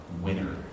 winner